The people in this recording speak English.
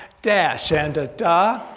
dash and da,